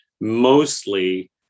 mostly